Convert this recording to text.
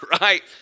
Right